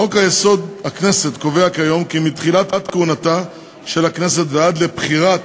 חוק-יסוד: הכנסת קובע כיום כי מתחילת כהונתה של הכנסת ועד לבחירת